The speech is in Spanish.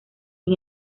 sin